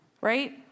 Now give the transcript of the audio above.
right